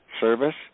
service